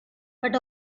but